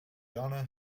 ghana